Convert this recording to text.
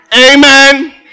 Amen